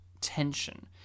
tension